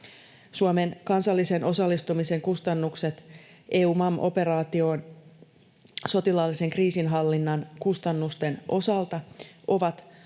Suomen kansallisen osallistumisen kustannukset EUMAM‑operaatioon sotilaallisen kriisinhallinnan kustannusten osalta ovat